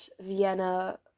Vienna